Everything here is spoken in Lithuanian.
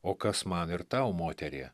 o kas man ir tau moterie